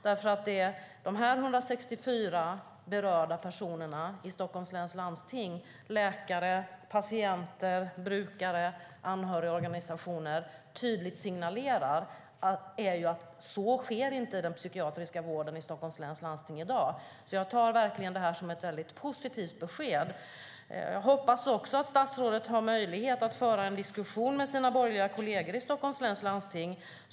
Det som de 164 berörda personerna i Stockholms läns landsting - läkare, patienter, brukare och anhörigorganisationer - tydligt signalerar är nämligen att så sker inte i den psykiatriska vården i Stockholms läns landsting i dag. Så jag tar verkligen detta som ett väldigt positivt besked. Jag hoppas också att statsrådet har möjlighet att föra en diskussion med sina borgerliga kolleger i Stockholms läns landsting.